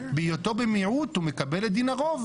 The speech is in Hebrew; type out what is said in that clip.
בהיותו במיעוט, הוא מקבל את דין הרוב.